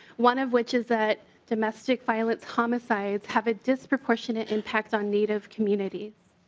one of which is that domestic violence homicides have a disproportionate impact on native communities.